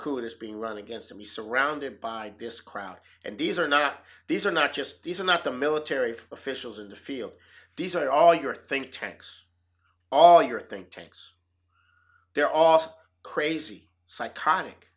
being run against him he surrounded by this crowd and these are not these are not just these are not the military officials in the field these are all your think tanks all your think tanks they're all of crazy psychotic